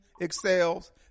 excels